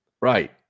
Right